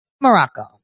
Morocco